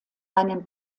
einen